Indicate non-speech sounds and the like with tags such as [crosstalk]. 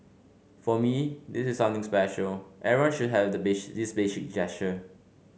for me this is something special everyone should have the [unintelligible] this basic gesture